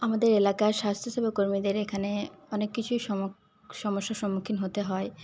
আমাদের এলাকায় স্বাস্থ্যসেবা কর্মীদের এখানে অনেক কিছুই সমস্যা মসস্যার সম্মুখীন হতে হয়